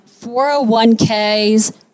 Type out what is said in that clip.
401ks